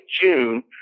june